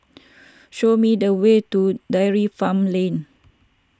show me the way to Dairy Farm Lane